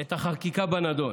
את החקיקה בנדון.